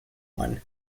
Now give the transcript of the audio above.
one